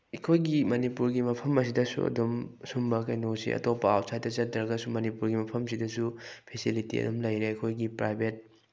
ꯑꯩꯈꯣꯏꯒꯤ ꯃꯅꯤꯄꯨꯔꯒꯤ ꯃꯐꯝ ꯑꯁꯤꯗꯁꯨ ꯑꯗꯨꯝ ꯁꯨꯝꯕ ꯀꯩꯅꯣꯁꯤ ꯑꯇꯣꯞꯄ ꯑꯥꯎꯠꯁꯥꯏꯠꯇ ꯆꯠꯇ꯭ꯔꯒꯁꯨ ꯃꯅꯤꯄꯨꯔꯒꯤ ꯃꯐꯝꯁꯤꯗꯁꯨ ꯐꯦꯁꯤꯂꯤꯇꯤ ꯑꯗꯨꯝ ꯂꯩꯔꯦ ꯑꯩꯈꯣꯏꯒꯤ ꯄ꯭ꯔꯥꯏꯕꯦꯠ